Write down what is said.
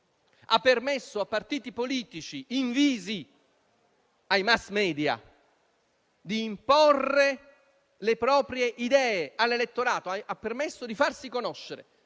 ha permesso a partiti politici invisi ai *mass media* di imporre le proprie idee all'elettorato, ha permesso di farsi conoscere,